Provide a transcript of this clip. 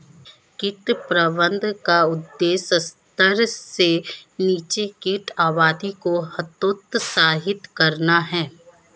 कीट प्रबंधन का उद्देश्य स्तर से नीचे कीट आबादी को हतोत्साहित करना है